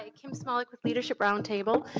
ah kim smolik with leadership roundtable.